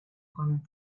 کنم